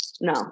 No